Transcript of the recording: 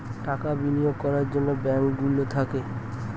টাকা বিনিয়োগ করার জন্যে ব্যাঙ্ক গুলো থাকে